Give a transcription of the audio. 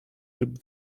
lub